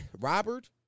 Robert